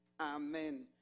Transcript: Amen